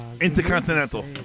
Intercontinental